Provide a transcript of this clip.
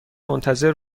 منتظر